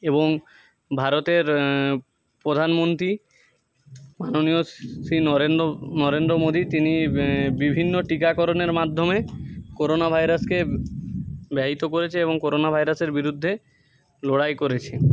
এবং ভারতের প্রধানমন্ত্রী মাননীয় শ্রী নরেন্দ্র নরেন্দ্র মোদী তিনি বিভিন্ন টিকাকরণের মাধ্যমে করোনা ভাইরাসকে ব্যাহত করেছে এবং করোনা ভাইরাসের বিরুদ্ধে লড়াই করেছে